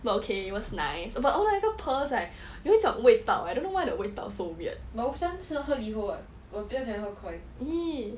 but okay it was nice but all oh 那个 pearls right 有一种味道 I don't know why the 味道 so weird